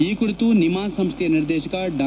ಈ ಕುರಿತು ನಿಮ್ವಾನ್ಸ್ ಸಂಸ್ವೆಯ ನಿರ್ದೇತಕ ಡಾ